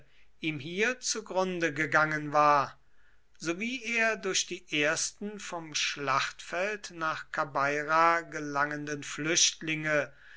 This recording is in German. ihm hier zugrunde gegangen war sowie er durch die ersten vom schlachtfeld nach kabeira gelangenden flüchtlinge